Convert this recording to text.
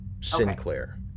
Sinclair